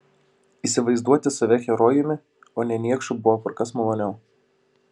įsivaizduoti save herojumi o ne niekšu buvo kur kas maloniau